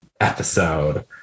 episode